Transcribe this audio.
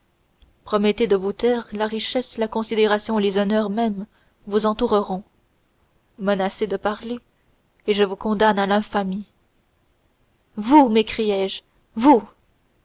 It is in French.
promettez de vous taire la richesse la considération les honneurs mêmes vous entoureront menacez de parler et je vous condamne à l'infamie vous m'écriai-je vous